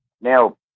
now